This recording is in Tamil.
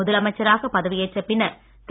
முதலமைச்சராக பதவியேற்ற பின்னர் திரு